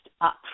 up